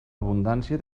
abundància